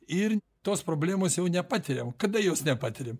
ir tos problemos jau nepatiriam kada jos nepatiriam